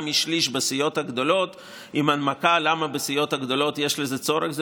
משליש בסיעות הגדולות עם הנמקה למה בסיעות הגדולות יש לזה צורך,